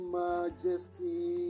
majesty